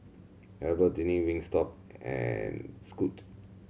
Albertini Wingstop and Scoot